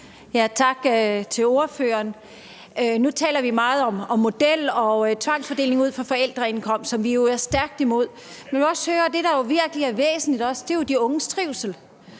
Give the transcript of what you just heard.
Tak til ordføreren. Nu taler vi meget om en model og en tvangsfordeling ud fra forældreindkomst, som vi jo er stærkt imod. Men man kan også høre, at det, der virkelig er væsentligt, er de unges trivsel,